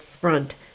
front